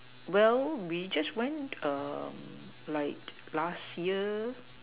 well we just went um like last year